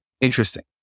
interesting